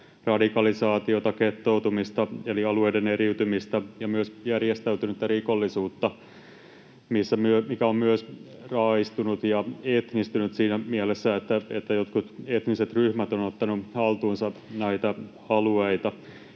radikalisaatiota, gettoutumista eli alueiden eriytymistä ja myös järjestäytynyttä rikollisuutta, mikä on myös raaistunut ja etnistynyt siinä mielessä, että jotkut etniset ryhmät ovat ottaneet haltuunsa näitä alueita.